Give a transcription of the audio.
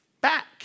back